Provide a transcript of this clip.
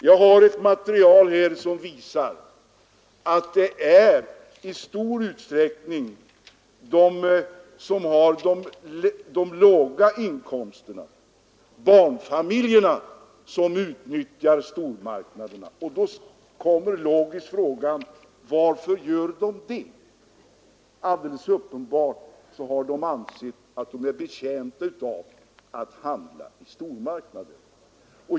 Jag har ett material här som visar att det i stor utsträckning är låginkomsttagarna och barnfamiljerna som utnyttjar stormarknaderna. Då kan man ställa frågan: Varför gör de det? Alldeles uppenbart har de ansett att de är betjänta av att handla i stormarknader.